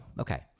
Okay